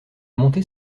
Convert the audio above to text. montée